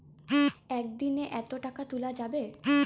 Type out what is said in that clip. একদিন এ কতো টাকা তুলা যাবে?